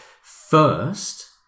first